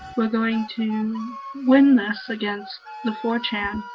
we're going to win this against the four chan.